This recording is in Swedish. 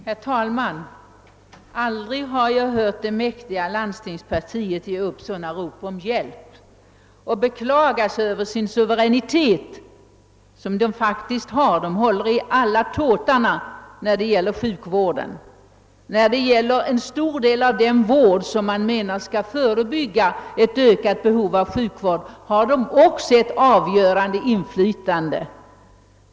Herr talman! Aldrig har jag hört det mäktiga landstingspartiet ge upp sådana rop om hjälp och beklaga sig över sin suveränitet. Ty landstingspartiet har ju faktiskt en suveränitet — det håller i alla tåtar när det gäller sjukvården. Och när det gäller en stor del av den vård som man menar skall förebygga ett ökat behov av sjukvård har landstingspartiet också ett avgörande inflytande.